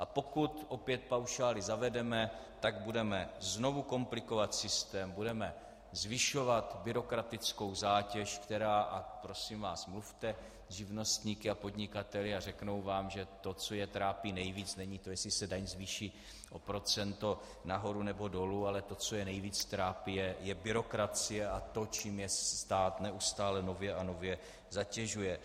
A pokud opět paušály zavedeme, tak budeme znovu komplikovat systém, budeme zvyšovat byrokratickou zátěž, která prosím vás, mluvte s živnostníky a podnikateli a řeknou vám, že to, co je trápí nejvíc, není to, jestli se daň zvýší o procento nahoru nebo dolů, ale to, co je nejvíce trápí, je byrokracie a to, čím je stát neustále nově a nově zatěžuje.